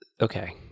okay